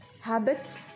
Habits